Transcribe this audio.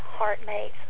heartmates